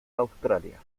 australia